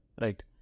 right